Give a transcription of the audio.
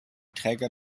träger